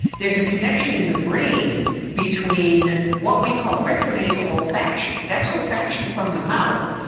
there's a connection in the brain between what we call retro nasal olfaction, that's olfaction from the mouth.